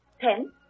Ten